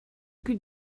could